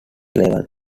eleven